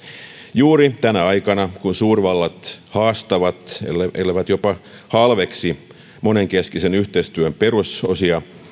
juuri tänä aikana kun suurvallat haastavat elleivät elleivät jopa halveksi monenkeskisen yhteistyön perusosia